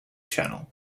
channel